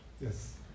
Yes